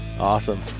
Awesome